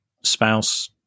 spouse